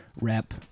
rep